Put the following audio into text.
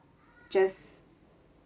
just